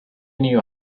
knew